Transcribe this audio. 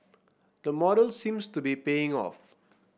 the model seems to be paying off